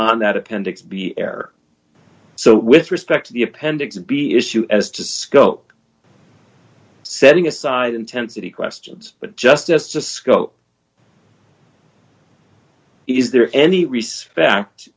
on that appendix b error so with respect to the appendix b issue as to scope setting aside intensity questions but just as a scope is there any respect